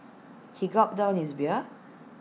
he gulped down his beer